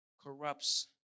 corrupts